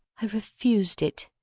i refused it.